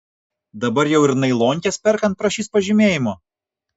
dabar jau ir nailonkes perkant prašys pažymėjimo